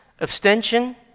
abstention